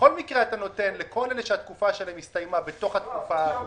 בכל מקרה אתה נותן לכל אלה שהתקופה שלהם הסתיימה בתוך התקופה האבודה.